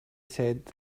said